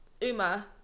Uma